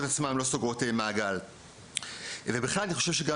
עצמן לא סוגרות את המעגל.״ אני כעיתונאי,